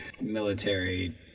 military